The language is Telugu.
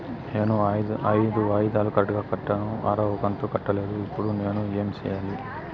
నేను ఐదు వాయిదాలు కరెక్టు గా కట్టాను, ఆరవ కంతు కట్టలేదు, ఇప్పుడు నేను ఏమి సెయ్యాలి?